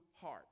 heart